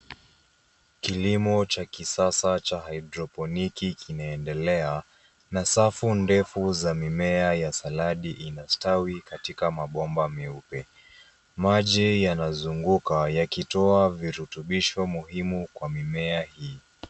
Kilimo cha kisasa cha haidroponiki kinaendelea na safu ndefu za mimea ya saladi inastawi katika mabomba meupe. Maji yanazunguka yakitoa virutubisho muhimu kwa mimea hii.